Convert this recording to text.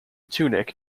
tunic